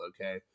okay